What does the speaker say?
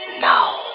Now